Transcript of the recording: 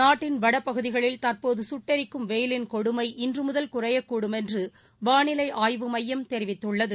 நாட்டின் வடபகுதியில் தற்போது கட்டெரிக்கும் வெயிலின் கொடுமை இன்று முதல் குறையக்கூடும் என்று வானிலை ஆய்வு மையம் தெரிவித்துள்ளது